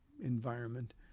environment